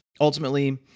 ultimately